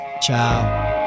Ciao